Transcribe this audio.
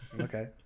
Okay